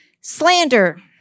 Slander